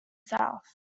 south